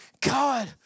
God